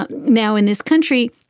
but now, in this country,